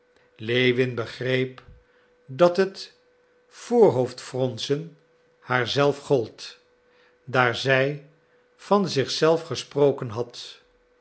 lewin begreep dat het voorhoofdfronzen haar zelf gold daar zij van zich zelf gesproken had